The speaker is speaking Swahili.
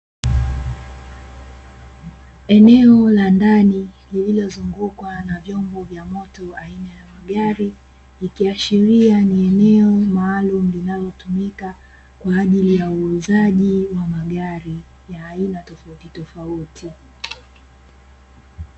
Eneo la ndani liliozungukwa na vyombo vya moto aina ya magari, ikiashiria ni eneo maalumu linalotumika kwa ajili ya uuzaji wa magari ya aina tofautitofauti.